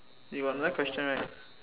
you got another question right